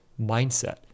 mindset